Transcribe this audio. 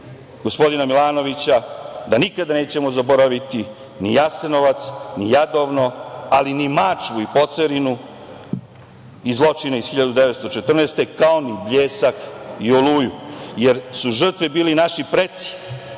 gospodina Milanovića da nikada nećemo zaboraviti ni Jasenovac, ni Jadovno, ali ni Mačvu i Pocerinu i zločine iz 1914. godine, kao ni „Bljesak“ i „Oluju“, jer su žrtve bili naši preci,